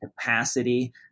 capacity